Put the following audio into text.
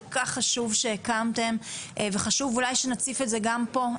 כך חשוב שהקמתם וחשוב אולי שנציף את זה גם פה,